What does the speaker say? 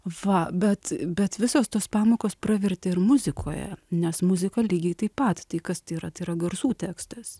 va bet bet visos tos pamokos pravertė ir muzikoje nes muzika lygiai taip pat tai kas tai yra tai yra garsų tekstas